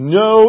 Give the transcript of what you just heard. no